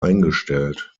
eingestellt